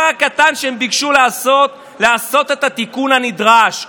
הקטן שהם ביקשו לעשות זה את התיקון הנדרש.